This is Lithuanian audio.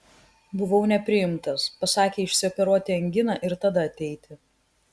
buvau nepriimtas pasakė išsioperuoti anginą ir tada ateiti